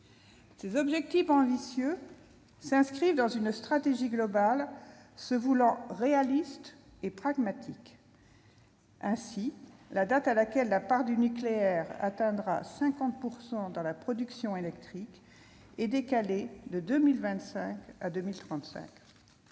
Ces objectifs ambitieux s'inscrivent dans une stratégie globale se voulant réaliste et pragmatique. Ainsi, la date à laquelle la part du nucléaire atteindra 50 % dans la production électrique est décalée de 2025 à 2035.